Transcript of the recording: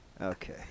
Okay